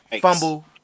fumble